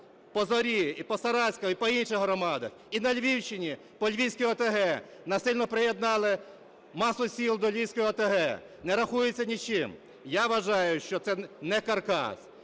по Зорі, і по Саратській, і по інших громадах. І на Львівщині по Львівській ОТГ: насильно приєднали масу сіл до Львівської ОТГ. Не рахуються ні з чим. Я вважаю, що це не каркас.